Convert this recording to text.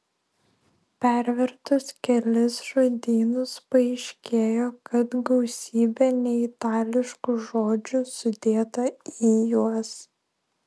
pervertus kelis žodynus paaiškėjo kad gausybė neitališkų žodžių sudėta į juos